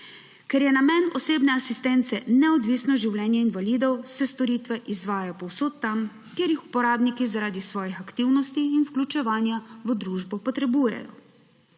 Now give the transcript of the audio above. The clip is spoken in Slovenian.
Ker je namen osebne asistence neodvisno življenje invalidov, se storitve izvajajo povsod tam, kjer jih uporabniki zaradi svojih aktivnosti in vključevanja v družbo potrebujejo.